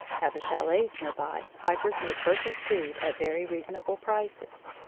at the chalets near by, hikers may purchase food at very reasonable prices.